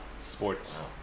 Sports